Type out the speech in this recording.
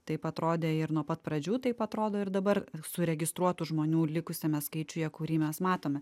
taip atrodė ir nuo pat pradžių taip atrodo ir dabar suregistruotų žmonių likusiame skaičiuje kurį mes matome